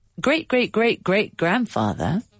great-great-great-great-grandfather